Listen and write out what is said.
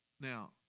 Now